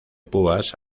púas